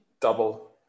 double